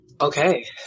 Okay